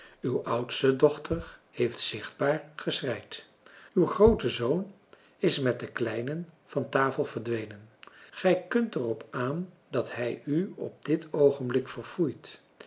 uw oudste dochter heeft zichtbaar geschreid uw groote zoon is met de kleinen van tafel verdwenen gij kunt er op aan dat hij u op dit oogenblik verfoeit